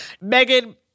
Megan